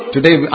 Today